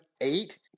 eight